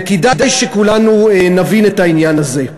וכדאי שכולנו נבין את העניין הזה.